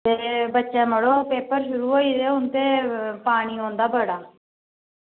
ते बच्चें मड़ो पेपर शुरू होई गेदे हून ते पानी औंदा बड़ा